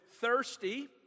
thirsty